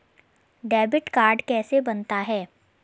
Debit card कैसे बनता है?